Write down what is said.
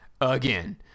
again